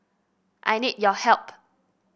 I need your help